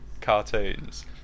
cartoons